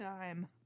time